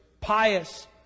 Pious